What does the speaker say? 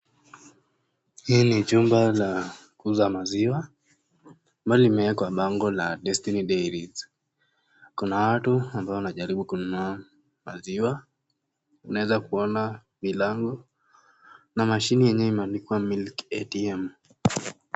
Hili ni jumba la, kuuza maziwa, ambalo limeekwa bango la (cs)destiny dairys(cs), kuna watu, ambao wanajaribu kununua maziwa, unaweza kuona milango, na mashini yenyewe imeandikwa (cs)milk atm(cs).